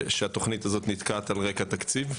התוכנית הזו נתקעת על רקע תקציב.